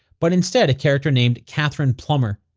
but instead a character named katherine plumber.